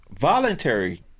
voluntary